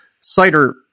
Cider